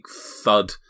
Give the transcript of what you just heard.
thud